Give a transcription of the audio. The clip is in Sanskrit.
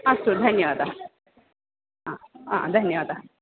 अस्तु धन्यवादः हाहा धन्यवादः